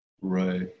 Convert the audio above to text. right